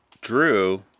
Drew